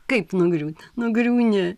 kaip nugriūt nugriūni